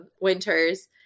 Winter's